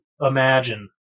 imagine